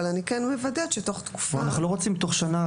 אבל אני כן מוודאה שתוך תקופה --- אנחנו לא רוצים שזה יהיה תוך שנה.